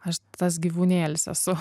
aš tas gyvūnėlis esu